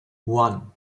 one